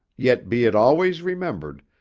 yet be it always remembered,